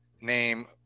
Name